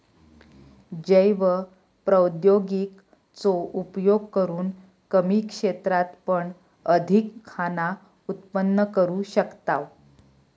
जैव प्रौद्योगिकी चो उपयोग करून कमी क्षेत्रात पण अधिक खाना उत्पन्न करू शकताव